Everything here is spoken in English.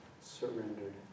surrendered